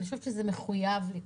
אני חושב שזה מחויב לקרות,